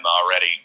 already